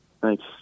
Thanks